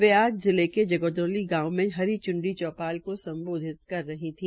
वे आज जिले के जगाधौली गांव में हरी च्नरी चौपाल को सम्बोधित कर कर रही थी